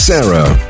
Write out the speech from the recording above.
Sarah